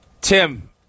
Tim